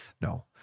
no